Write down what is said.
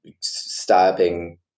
stabbing